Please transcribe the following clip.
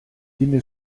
ine